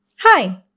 Hi